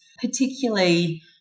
particularly